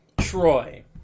Troy